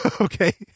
Okay